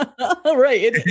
Right